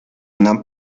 una